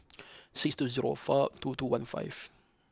six two zero four two two one five